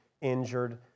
injured